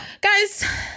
Guys